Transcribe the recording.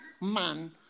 man